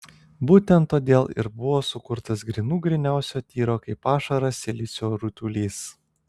būtent todėl ir buvo sukurtas grynų gryniausio tyro kaip ašara silicio rutulys